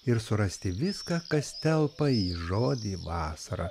ir surasti viską kas telpa į žodį vasara